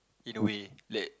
in a way that